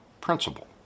Principle